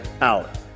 out